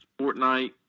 Fortnite